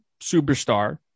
superstar